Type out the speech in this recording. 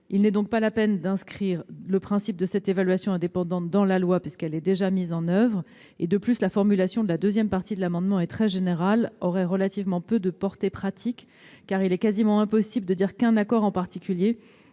Ce n'est pas la peine d'inscrire le principe de cette expertise indépendante dans la loi, puisqu'elle est déjà mise en oeuvre. De plus, la formulation retenue dans le dispositif de l'amendement est très générale et a relativement peu de portée pratique, car il est quasiment impossible de déterminer si un accord en particulier